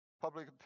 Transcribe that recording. Public